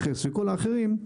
מכס וכל האחרים,